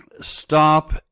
stop